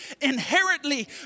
inherently